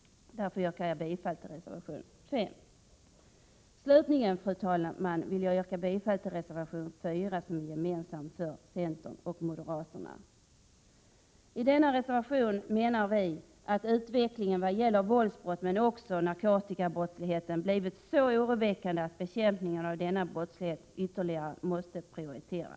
Därför yrkar jag bifall till reservation 5. Slutligen, fru talman, vill jag yrka bifall till reservation 4, som är gemensam för centern och moderaterna. I den reservationen anför vi att utvecklingen vad gäller våldsbrotten men även beträffande narkotikabrottsligheten har varit så oroväckande att bekämpningen av denna brottslighet måste prioriteras ytterligare.